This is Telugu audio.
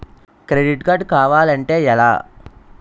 క్రెడిట్ కార్డ్ కావాలి అంటే ఎలా?